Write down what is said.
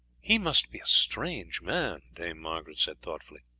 he must be a strange man, dame margaret said thoughtfully.